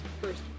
first